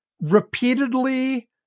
repeatedly